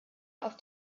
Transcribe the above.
auf